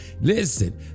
Listen